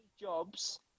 jobs